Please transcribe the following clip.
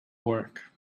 work